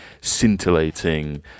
scintillating